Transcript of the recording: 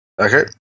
Okay